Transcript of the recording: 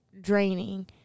draining